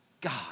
God